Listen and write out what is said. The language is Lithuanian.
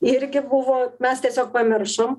irgi buvo mes tiesiog pamiršom